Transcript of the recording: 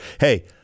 hey